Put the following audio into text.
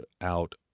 out